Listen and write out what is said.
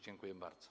Dziękuję bardzo.